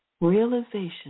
Realization